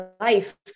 life